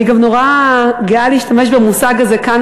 אני גם נורא גאה להשתמש במושג הזה כאן,